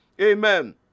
Amen